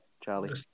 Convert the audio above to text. Charlie